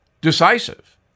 decisive